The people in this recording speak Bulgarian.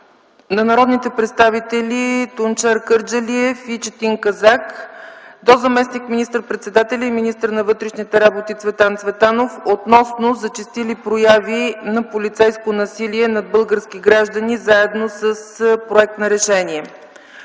на народните представители Тунчер Кърджалиев и Четин Казак до заместник министър-председателя и министър на вътрешните работи Цветан Цветанов, относно зачестили прояви на полицейско насилие над български граждани, заедно с проект на решение.